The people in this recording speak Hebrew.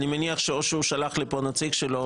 כדי שנספיק ביחד את כל החוקים.